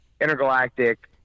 intergalactic